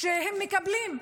שהם מקבלים.